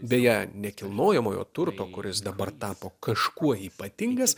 beje nekilnojamojo turto kuris dabar tapo kažkuo ypatingas